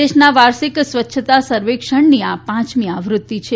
દેશના વાર્ષિક સ્વચ્છતા સર્વેક્ષણની આ પાંચમી આવૃત્તિ છે